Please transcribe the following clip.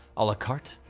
a la carte?